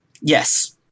Yes